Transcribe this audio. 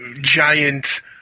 giant